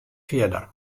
fierder